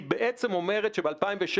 ב-2016